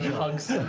hugs,